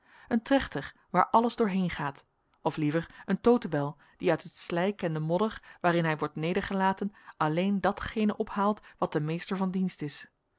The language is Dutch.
een trechter waar alles doorheen gaat of liever een totebel die uit het slijk en de modder waarin hij wordt nedergelaten alleen datgene ophaalt wat den meester van dienst is